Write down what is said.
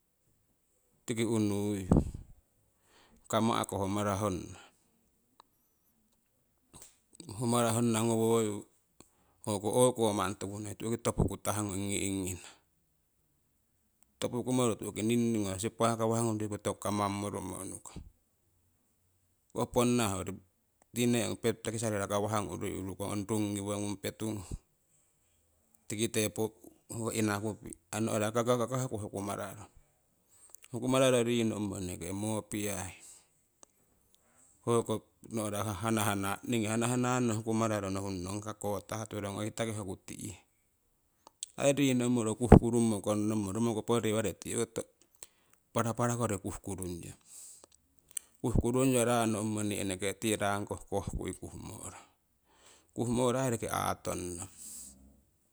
Tiki unuyu kama'ko ho mara honna, ho mara honna ngowoyu ho ko o'ko manni toku noi tu'ki topukutah ngung ongi ingngina, topuku moruro ho ningning ho sipakawah ngung riku manni toku kamangmorumo unukong ho koh ponna hoyori tineh hoyori petu tokisamo urui urukong ong rungiwo ngung petu ngung. Tikite ho inakupi' no'hra kakakahku hukumararong hokumararo eneke ho moopiyai hoko no'ra hahanan ningii hahanno hokumararong nohurung nong hiya kotah turong oiitaki hukuti'he aii riino ummumo kuhhkurumumo konnomgmo konnommo romokopo rewammo tii owokoto paraparakori kuh kurung yong, kuh kuruingyo ranno umummo nii ehkong tii rangkoh kohkuii kuhmorong, kuhmoro aii roki aaton nong.